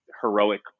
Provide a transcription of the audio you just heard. heroic